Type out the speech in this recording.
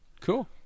Cool